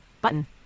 Button